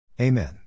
Amen